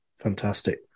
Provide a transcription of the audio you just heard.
Fantastic